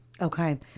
okay